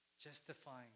justifying